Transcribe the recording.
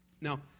Now